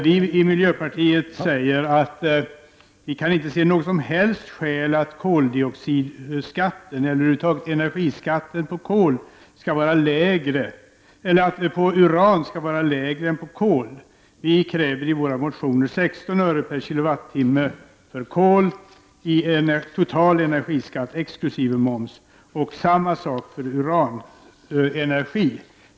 Vi i miljöpartiet ser inte något som helst skäl till att energiskatten på uran skall vara lägre än skatten på kol. I våra motioner kräver vi 16 öre per kilowattimme för kol i total energiskatt exkl. moms. Samma skatt kräver vi för uran.